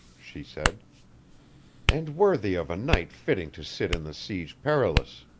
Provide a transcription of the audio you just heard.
she said and worthy of a knight fitting to sit in the siege perilous.